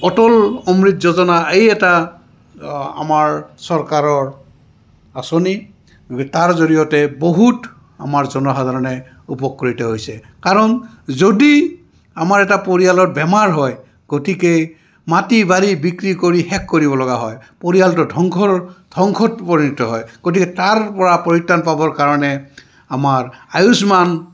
অটল অমৃৃত যোজনা এই এটা আমাৰ চৰকাৰৰ আঁচনি তাৰ জৰিয়তে বহুত আমাৰ জনসাধাৰণে উপকৃত হৈছে কাৰণ যদি আমাৰ এটা পৰিয়ালত বেমাৰ হয় গতিকে মাটি বাৰী বিক্ৰী কৰি শেষ কৰিব লগা হয় পৰিয়ালটো ধ্বংসৰ ধ্বংসত পৰিণত হয় গতিকে তাৰ পৰা পৰিত্ৰাণ পাবৰ কাৰণে আমাৰ আয়ুস্মান